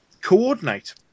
coordinate